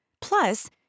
Plus